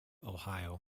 ohio